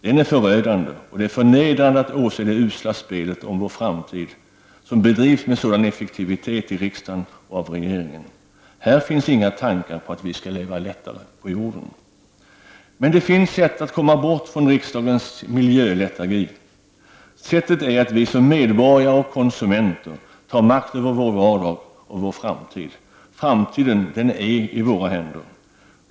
Den är förödande, och det är förnedrande att åse det usla spelet om vår framtid som bedrivs med sådan effektivitet i riksdagen och av regeringen. Här finns inga tankar på att vi skall leva lättare på jorden. Men det finns sätt att komma bort från riksdagens miljöletargi. Sättet är att vi som medborgare och konsumenter tar makt över vår vardag och vår framtid. Framtiden är i våra händer!